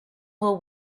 will